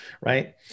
right